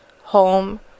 home